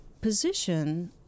position